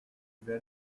vais